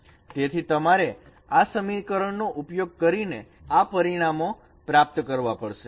તેથી તમારે આ સમીકરણ નો ઉપયોગ કરીને આ પરિણામો પ્રાપ્ત કરવા પડશે